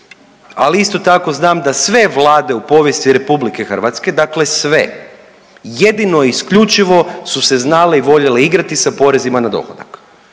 Ali, isto tako znam da sve vlade u povijesti RH, dakle sve jedino i isključivo su se znale i voljele igrati sa porezima na dohodak